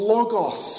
Logos